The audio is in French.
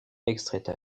extraite